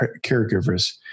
caregivers